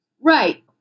Right